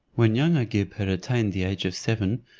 when young agib had attained the age of seven,